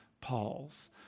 Paul's